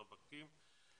הרווקים.